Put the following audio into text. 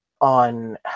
on